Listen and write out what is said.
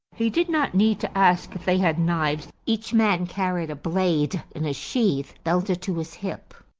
he did not need to ask if they had knives each man carried a blade in a sheath, belted to his hip.